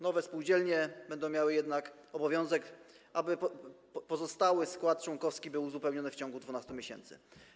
Nowe spółdzielnie będą miały jednak obowiązek, aby pozostały skład członkowski był uzupełniony w ciągu 12 miesięcy.